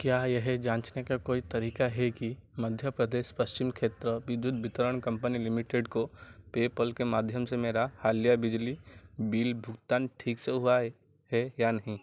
क्या यह जाँचने का कोई तरीक़ा है कि मध्य प्रदेश पश्चिम क्षेत्र विद्युत वितरण कम्पनी लिमिटेड को पेपल के माध्यम से मेरा हालिया बिजली बिल भुगतान ठीक से हुआ है है या नहीं